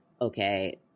Okay